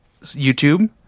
youtube